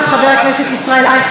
חבר הכנסת ישראל אייכלר,